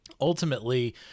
ultimately